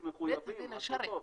כן, מחויבים להיבדק.